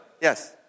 Yes